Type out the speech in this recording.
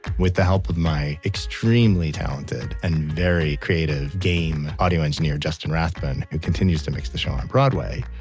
with the help of my extremely talented and very creative game audio engineer justin rathman, who continues to mix the show on broadway,